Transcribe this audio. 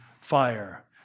fire